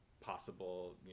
possible